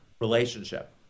relationship